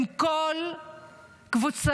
עם כל קבוצת